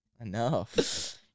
Enough